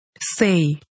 say